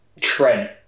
Trent